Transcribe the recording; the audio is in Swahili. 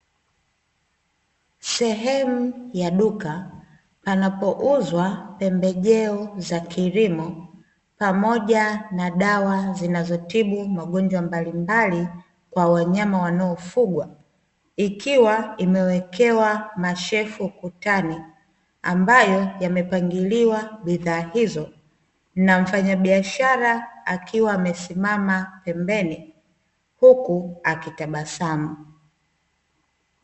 Sehemu ya duka panapouzwa pembejeo za kilimo pamoja na dawa zinazotibu magonjwa mbalimbali, kwa wanyama wanaofugwa ikiwa imewekewa mashelfu ukutani ambayo yamepangiliwa bidhaa hizo na mfanyabiashara akiwa amesimama pembeni huku akitabasamu.